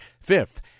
fifth